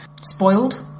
Spoiled